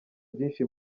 byinshi